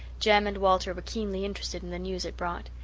jem and walter were keenly interested in the news it brought.